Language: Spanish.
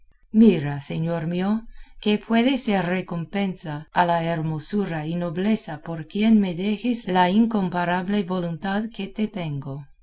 mira señor mío que puede ser recompensa a la hermosura y nobleza por quien me dejas la incomparable voluntad que te tengo